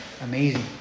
amazing